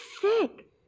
sick